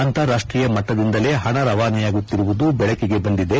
ಅಂತಾರಾಷ್ಟೀಯ ಮಟ್ಟದಿಂದಲೇ ಪಣ ರವಾನೆಯಾಗುತ್ತಿರುವುದು ಬೆಳಕಿಗೆ ಬಂದಿದೆ